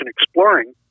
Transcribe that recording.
exploring